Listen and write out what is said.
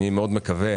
אני מאוד מקווה